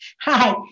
Hi